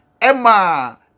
Emma